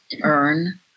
earn